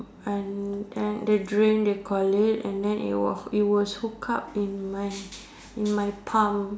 and and the drain they call it and then it was it was hook up in my in my palm